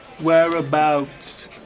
Whereabouts